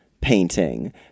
painting